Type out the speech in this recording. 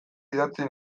idatzi